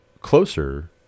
closer